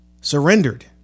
surrendered